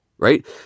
right